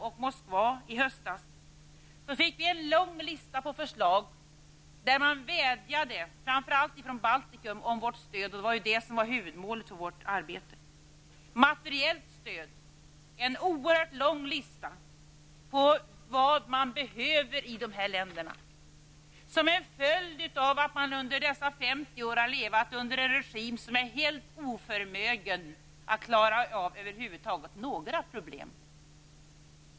Vid Moskva i höstas fick vi en lång lista på förslag som gick ut på att man framför allt från Baltikum vädjade om vårt stöd. Det var materiellt stöd som var huvudmålet för arbetet. Det var en oerhört lång lista på vad man behöver i dessa länder som en följd av att man under dessa 50 år har levt under en regim som är helt oförmögen att över huvud taget klara av några problem.